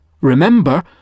Remember